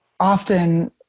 often